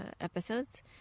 episodes